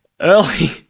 early